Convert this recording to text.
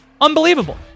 Unbelievable